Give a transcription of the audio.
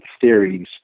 theories